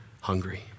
hungry